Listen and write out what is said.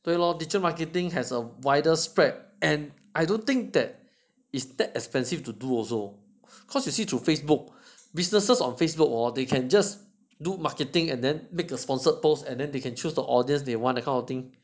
对咯 digital marketing has a wider spread and I don't think that is that expensive to do also cause you see through Facebook businesses on Facebook or they can just do marketing and then make a sponsored posts and then they can choose the audience they want the kind of thing